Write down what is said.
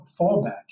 fallback